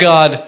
God